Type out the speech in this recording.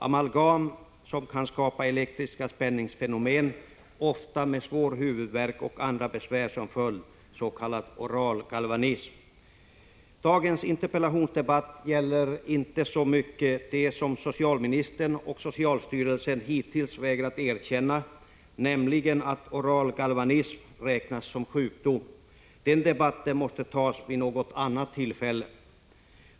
Amalgam kan skapa elektriska spänningsfenomen, ofta med svår huvudvärk och andra besvär som följd, s.k. oral galvanism. Dagens interpellationsdebatt gäller inte så mycket det som socialministern och socialstyrelsen hittills vägrat erkänna, nämligen att oral galvanism skall räknas som sjukdom. Den frågan måste tas upp vid något annat tillfälle.